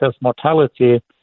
mortality